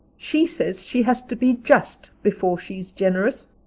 she says she has to be just before she's generous.